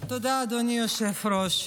תודה, אדוני היושב-ראש.